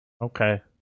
Okay